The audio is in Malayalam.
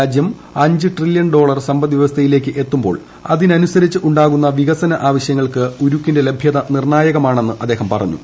രാജ്യം അഞ്ച് ട്രില്യൺ ഡോളർ സമ്പദ് വൃവസ്ഥയിലേക്ക് എത്തുമ്പോൾ അതിനനുസരിച്ച് ഉണ്ടാകുന്ന വികസന ആവശ്യങ്ങൾക്ക് ഉരുക്കിന്റെ ലഭ്യത നിർണ്ണായകമാണെന്ന് അദ്ദേഹം പറഞ്ഞു